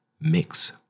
mix